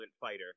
fighter